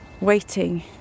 waiting